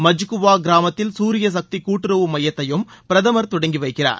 மஜ்குவா கிராமத்தில் சூரிய சக்தி கூட்டுறவு மையத்தையும் பிரதமர் தொடங்கி வைக்கிறார்